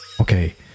Okay